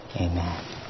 Amen